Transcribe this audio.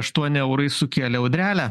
aštuoni eurai sukėlė audrelę